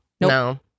No